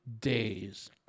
days